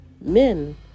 men